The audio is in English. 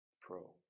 pro